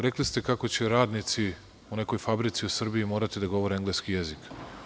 Rekli ste kako će radnici u nekoj fabrici u Srbiji morati da govore engleski jezik.